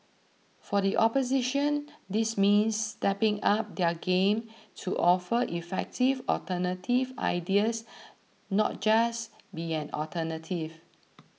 for the opposition this means stepping up their game to offer effective alternative ideas not just be an alternative